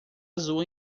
azul